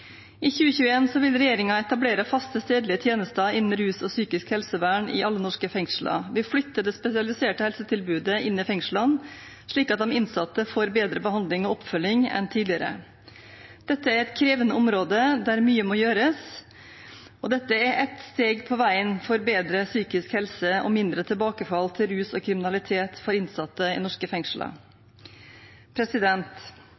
I 2021 vil regjeringen etablere faste stedlige tjenester innen rus og psykisk helsevern i alle norske fengsler. Vi flytter det spesialiserte helsetilbudet inn i fengslene, slik at de innsatte får bedre behandling og oppfølging enn tidligere. Dette er et krevende område der mye må gjøres, og dette er ett steg på veien for bedre psykisk helse og mindre tilbakefall til rus og kriminalitet for innsatte i norske